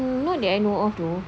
mm not that I know of though